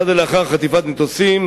היה זה לאחר חטיפת מטוסים,